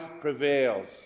prevails